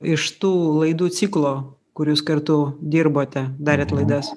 iš tų laidų ciklo kuir jūs kartu dirbote darėt laidas